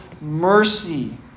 mercy